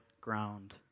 ground